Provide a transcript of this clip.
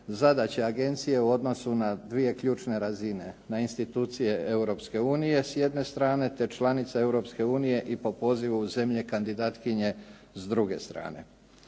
zadaće agencije u odnosu na 2 ključne razine, na institucije Europske unije s jedne strane te članice Europske unije i po pozivu zemlje kandidatkinje s druge strane.